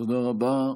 תודה רבה.